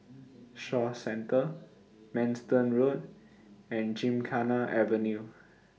Shaw Centre Manston Road and Gymkhana Avenue